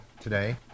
today